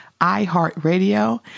iHeartRadio